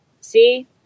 See